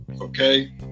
okay